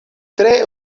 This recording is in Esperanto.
tre